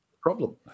problem